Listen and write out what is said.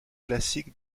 classique